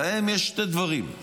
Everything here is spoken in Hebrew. להם יש שני דברים: